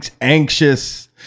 anxious